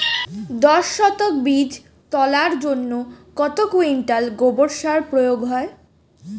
দশ শতক বীজ তলার জন্য কত কুইন্টাল গোবর সার প্রয়োগ হয়?